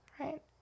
right